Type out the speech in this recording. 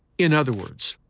in other words,